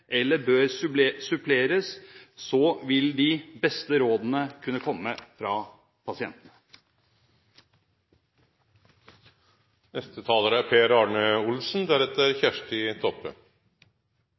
eller bør suppleres, vil de beste rådene kunne komme fra pasienten. Da jeg så denne interpellasjonen komme, tenkte jeg først: Er